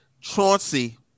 Chauncey